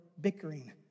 bickering